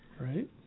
Right